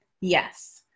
Yes